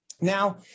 Now